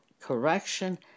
correction